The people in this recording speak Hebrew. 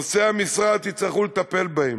נושאי המשרה, תצטרכו לטפל בהם.